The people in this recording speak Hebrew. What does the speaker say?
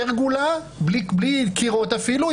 פרגולה בלי קירות אפילו,